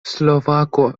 slovakoj